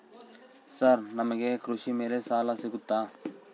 Sir ನಮಗೆ ಕೃಷಿ ಮೇಲೆ ಸಾಲ ಸಿಗುತ್ತಾ?